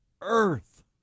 earth